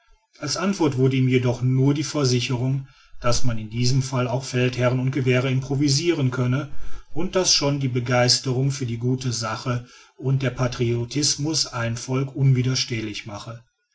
als antwort wurde ihm jedoch nur die versicherung daß man in diesem falle auch feldherren und gewehre improvisiren könne und daß schon die begeisterung für die gute sache und der patriotismus ein volk unwiderstehlich mache